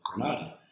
Granada